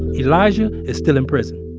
elijah is still in prison.